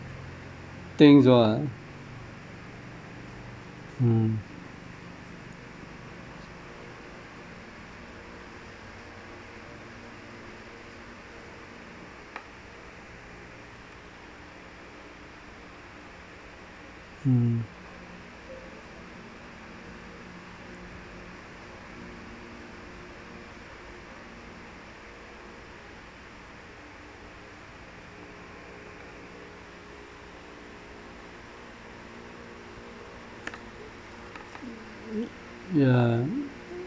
things [what] mm mm yeah